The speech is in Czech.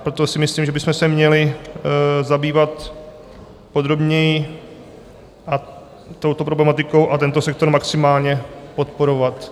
Proto si myslím, že bychom se měli zabývat podrobněji touto problematikou a tento sektor maximálně podporovat.